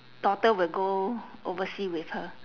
daughter will go oversea with her